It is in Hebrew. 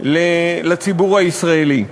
לציבור הישראלי.